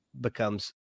becomes